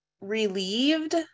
relieved